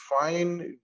fine